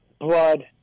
blood